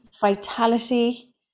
vitality